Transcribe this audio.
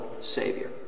Savior